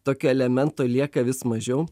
tokio elemento lieka vis mažiau